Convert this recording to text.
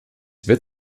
wird